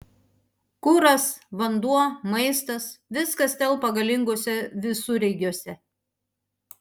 kuras vanduo maistas viskas telpa galinguose visureigiuose